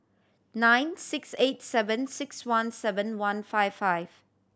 nine six eight seven six one seven one five five